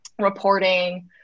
reporting